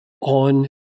on